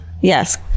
Yes